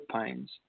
pains